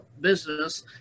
business